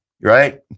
right